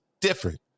different